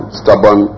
stubborn